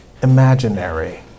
imaginary